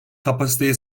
kapasiteye